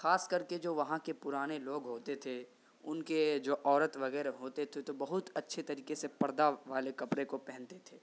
خاص کر کے جو وہاں کے پرانے لوگ ہوتے تھے ان کے جو عورت وغیرہ ہوتے تھے تو بہت اچھے طریقے سے پردہ والے کپڑے کو پہنتے تھے